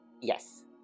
Yes